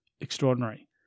extraordinary